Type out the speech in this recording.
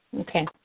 Okay